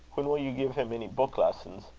when will you give him any book-lessons?